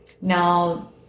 Now